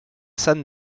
san